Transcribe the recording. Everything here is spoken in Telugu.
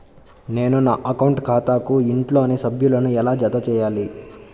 నేను నా అకౌంట్ ఖాతాకు ఇంట్లోని సభ్యులను ఎలా జతచేయాలి?